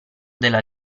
della